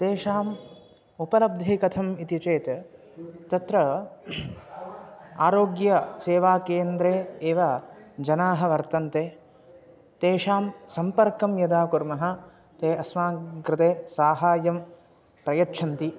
तासाम् उपलब्धिः कथम् इति चेत् तत्र आरोग्यसेवाकेन्द्रे एव जनाः वर्तन्ते तेषां सम्पर्कं यदा कुर्मः ते अस्माकं कृते सहायं प्रयच्छन्ति